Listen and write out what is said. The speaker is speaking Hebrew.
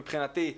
מבחינתי,